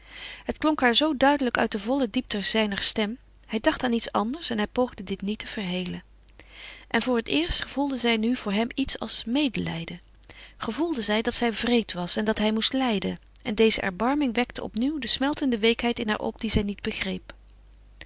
het klonk haar zoo duidelijk uit de volle diepte zijner stem hij dacht aan iets anders en hij poogde dit niet te verhelen en voor het eerst gevoelde zij nu voor hem iets als medelijden gevoelde zij dat zij wreed was en dat hij moest lijden en deze erbarming wekte opnieuw de smeltende weekheid in haar op die zij niet begreep